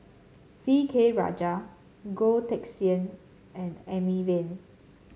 V K Rajah Goh Teck Sian and Amy Van